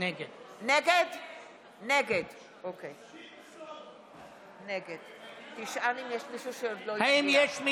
השרים לחקיקה ולא תקודם מעבר להצעת חוק זו